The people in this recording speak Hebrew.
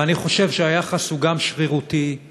ואני חושב שהיחס הוא גם שרירותי,